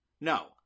No